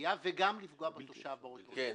גבייה וגם לפגוע בתושבי --- סליחה,